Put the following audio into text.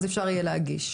אז אפשר יהיה להגיש.